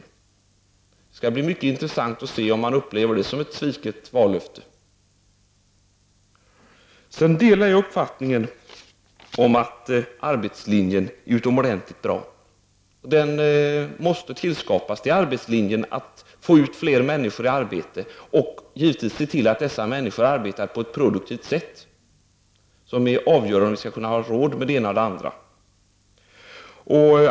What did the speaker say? Det skall bli mycket intressant att se om detta upplevs som ett sviket vallöfte. Jag delar uppfattningen att arbetslinjen är utomordentligt bra och att den måste tillskapas. Arbetslinjen innebär att vi kan få ut fler människor i arbete och givetvis att vi ser till att dessa människor arbetar på ett produktivt sätt. Detta är avgörande för om vi skall kunna ha råd med det ena och det andra.